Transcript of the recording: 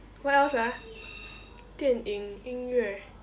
what else ah 电影音乐